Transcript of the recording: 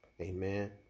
Amen